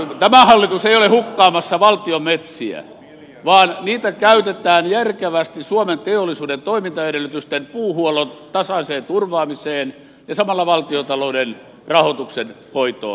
tämä hallitus ei ole hukkaamassa valtion metsiä vaan niitä käytetään järkevästi suomen teollisuuden toimintaedellytysten puuhuollon tasaiseen turvaamiseen ja samalla valtiontalouden rahoituksen hoitoon